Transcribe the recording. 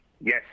Yes